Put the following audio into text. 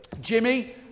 Jimmy